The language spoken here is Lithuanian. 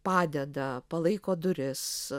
padeda palaiko duris